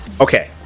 Okay